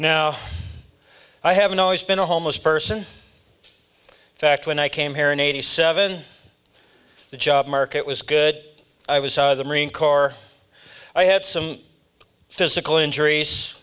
now i haven't always been a homeless person in fact when i came here in eighty seven the job market was good i was out of the marine corps i had some physical